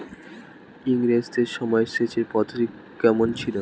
ইঙরেজদের সময় সেচের পদ্ধতি কমন ছিল?